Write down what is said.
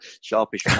sharpish